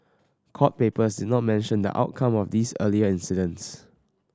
court papers did not mention the outcome of these earlier incidents